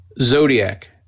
Zodiac